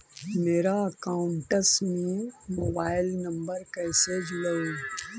मेरा अकाउंटस में mobile number कैसे जुड़उ?